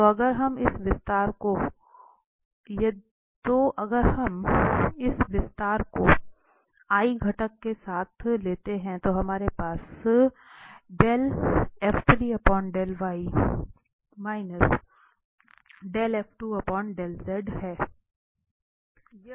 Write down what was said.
तो अगर हम इस विस्तार को तो हम घटक के साथ है हमारे पास है